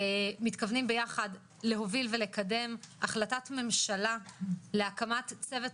מתכוונים ביחד להוביל ולקדם החלטת ממשלה להקמת צוות